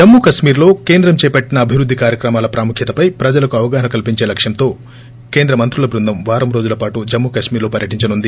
జమ్ము కశ్మీర్ లో కేంద్రం చేపట్టిన అభివృద్ది కార్యక్రమాల ప్రాముఖ్యతపై ప్రజలకు అవగాహన కల్పించే లక్ష్యంతో కేంద్ర మంత్రుల బృందం వారం రోజుల పాటు జమ్ము కశ్మీర్ లో పర్యటించనుంది